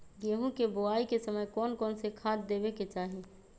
गेंहू के बोआई के समय कौन कौन से खाद देवे के चाही?